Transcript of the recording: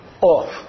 off